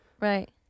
Right